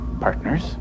Partners